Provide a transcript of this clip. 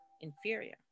inferior